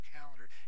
calendar